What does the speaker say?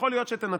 יכול להיות שתנצח,